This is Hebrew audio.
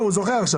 אני זוכר.